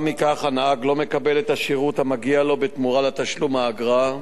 עקב כך הנהג לא מקבל את השירות המגיע לו בתמורה על תשלום האגרה,